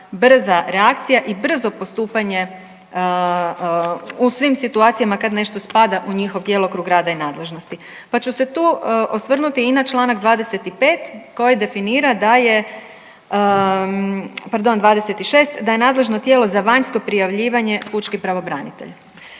brza reakcija i brzo postupanje u svim situacijama kad nešto spada u njihov djelokrug rada i nadležnosti pa ću se tu osvrnuti i na čl. 25 koji definira da je, pardon, 26, da je nadležno tijelo za vanjsko prijavljivanje pučki pravobranitelj.